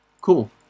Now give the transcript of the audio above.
cool